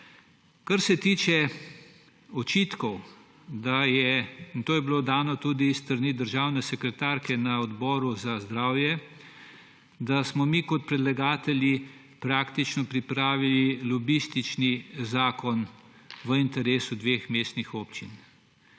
Kar se tiče očitkov – in to je bilo dano tudi s strani državne sekretarke na Odboru za zdravstvo – da smo predlagatelji pripravili lobistični zakon v interesu dveh mestnih občin.